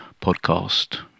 podcast